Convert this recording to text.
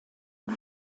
und